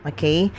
Okay